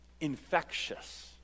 infectious